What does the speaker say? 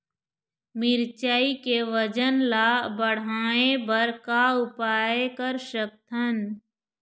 मिरचई के वजन ला बढ़ाएं बर का उपाय कर सकथन?